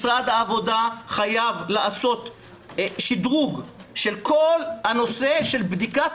משרד העבודה חייב לעשות שדרוג של כל הנושא של בדיקת